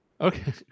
Okay